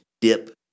Dip